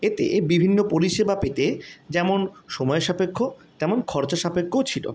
এতে বিভিন্ন পরিষেবা পেতে যেমন সময়সাপেক্ষ তেমন খরচসাপেক্ষও ছিল